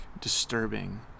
disturbing